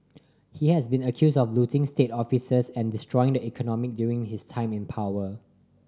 he has been accused of looting state officers and destroying the economy during his time in power